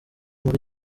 muri